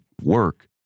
work